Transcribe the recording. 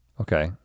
Okay